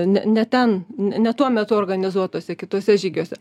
ne ne ten ne tuo metu organizuotuose kituose žygiuose